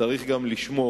צריך גם לשמור.